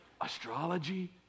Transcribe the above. astrology